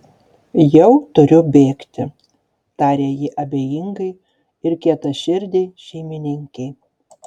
jau turiu bėgti tarė ji abejingai ir kietaširdei šeimininkei